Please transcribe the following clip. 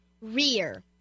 rear